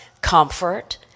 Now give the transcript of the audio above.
Comfort